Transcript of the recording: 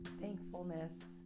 thankfulness